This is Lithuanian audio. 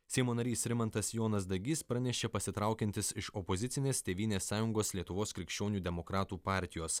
seimo narys rimantas jonas dagys pranešė pasitraukiantis iš opozicinės tėvynės sąjungos lietuvos krikščionių demokratų partijos